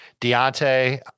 Deontay